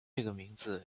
名字